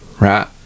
right